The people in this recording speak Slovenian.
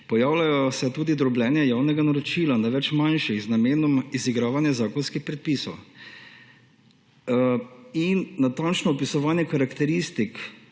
Pojavlja se tudi drobljenje javnega naročila na več manjših z namenom izigravanja zakonskih predpisov in natančno opisovanje karakteristik